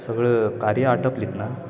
सगळं कार्य आटपलीत ना